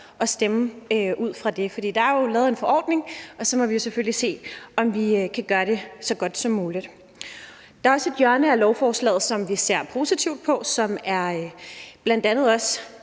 at stemme. For der er jo lavet en forordning, og så må vi jo selvfølgelig prøve at gøre det så godt som muligt. Der er også et hjørne af lovforslaget, som vi ser positivt på, og som vi bl.a. også